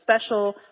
special